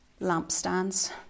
lampstands